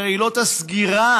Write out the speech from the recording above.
עילות הסגירה